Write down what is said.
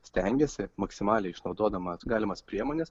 stengiasi maksimaliai išnaudodama galimas priemones